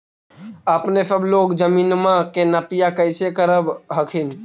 अपने सब लोग जमीनमा के नपीया कैसे करब हखिन?